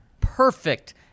perfect